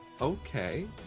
Okay